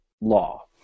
law